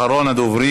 אחרון הדוברים.